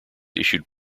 issued